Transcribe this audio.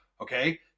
Okay